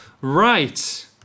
Right